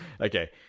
Okay